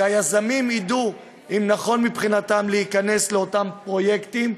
שהיזמים ידעו אם נכון מבחינתם להיכנס לאותם פרויקטים.